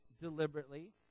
deliberately